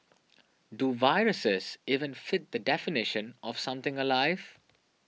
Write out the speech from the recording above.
do viruses even fit the definition of something alive